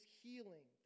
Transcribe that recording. healing